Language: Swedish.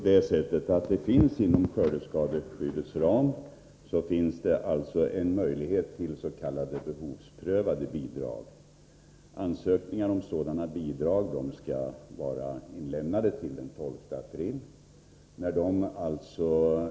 Fru talman! Inom skördeskadeskyddets ram finns en möjlighet till s.k. behovsprövat bidrag. Ansökningar om sådana bidrag skall vara inlämnade till den 12 april.